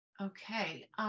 Okay